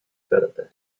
förderte